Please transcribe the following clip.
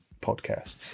podcast